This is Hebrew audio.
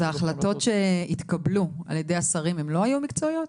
אז ההחלטות שהתקבלו על ידי השרים הם לא היו מקצועיות?